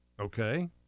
Okay